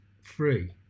free